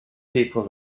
people